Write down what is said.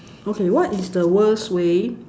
okay what is the worst way